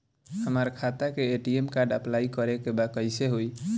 हमार खाता के ए.टी.एम कार्ड अप्लाई करे के बा कैसे होई?